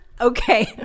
Okay